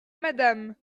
madame